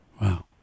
Wow